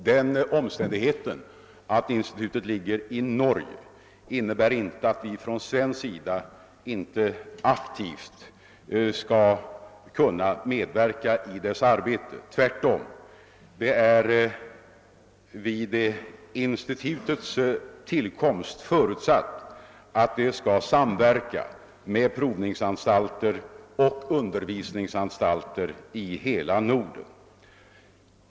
Den omständigheten att institutet ligger i Norge innebär inte att vi inte från svensk sida skulle kunna medverka i dess arbete — tvärtom. Det har vid institutets tillkomst förutsatts att det skall samverka med provningoch undervisningsanstalter i hela Norden.